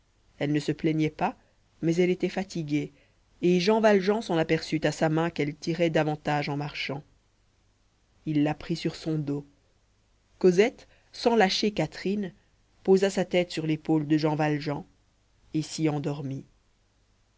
elle ne se plaignait pas mais elle était fatiguée et jean valjean s'en aperçut à sa main qu'elle tirait davantage en marchant il la prit sur son dos cosette sans lâcher catherine posa sa tête sur l'épaule de jean valjean et s'y endormit